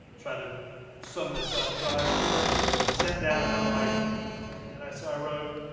try to sum this up. so i remember i sat down like and i so i wrote,